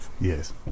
Yes